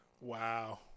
Wow